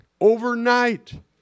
overnight